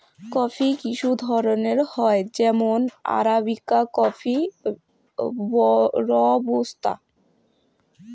coffee কিসু ধরণের হই যেমন আরাবিকা কফি, রোবুস্তা